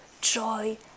joy